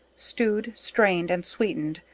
stewed, strained and sweetened,